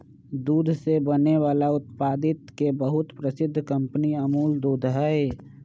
दूध से बने वाला उत्पादित के बहुत प्रसिद्ध कंपनी अमूल दूध हई